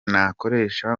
nakoresha